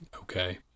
okay